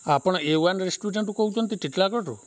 ଆପଣ A one ରେଷ୍ଟୁରାଣ୍ଟରୁ କହୁଛନ୍ତି ଟିଟିଲାଗଡ଼ରୁ